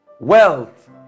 wealth